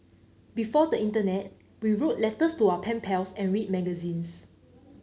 before the internet we wrote letters to our pen pals and read magazines